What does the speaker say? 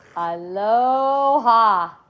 Aloha